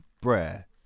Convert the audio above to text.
brer